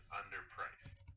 underpriced